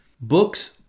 Books